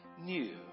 new